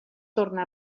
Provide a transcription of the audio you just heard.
torna